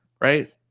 right